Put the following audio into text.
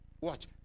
Watch